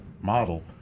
model